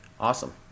Awesome